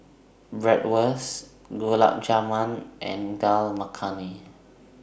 Bratwurst Gulab Jamun and Dal Makhani